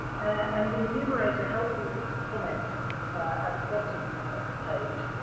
and the enumerator helpfully puts a comment at the bottom of the page,